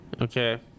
Okay